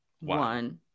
one